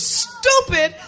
stupid